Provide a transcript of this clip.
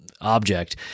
object